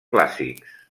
clàssics